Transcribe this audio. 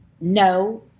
no